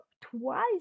twice